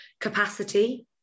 capacity